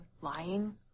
Lying